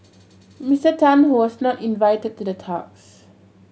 Mister Tan who was not invited to the talks